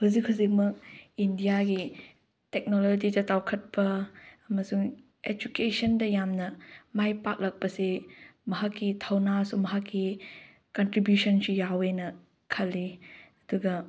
ꯍꯧꯖꯤꯛ ꯍꯧꯖꯤꯛꯃꯛ ꯏꯟꯗꯤꯌꯥꯒꯤ ꯇꯦꯛꯅꯣꯂꯣꯖꯤꯗ ꯆꯥꯎꯈꯠꯄ ꯑꯃꯁꯨꯡ ꯑꯦꯖꯨꯀꯦꯁꯟꯗ ꯌꯥꯝꯅ ꯃꯥꯏ ꯄꯥꯛꯂꯛꯄꯁꯦ ꯃꯍꯥꯛꯀꯤ ꯊꯧꯅꯥꯁꯨ ꯃꯍꯥꯛꯀꯤ ꯀꯟꯇ꯭ꯔꯤꯕ꯭ꯌꯨꯁꯟꯁꯤ ꯌꯥꯎꯏꯅ ꯈꯜꯂꯤ ꯑꯗꯨꯒ